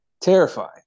Terrifying